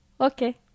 Okay